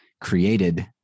created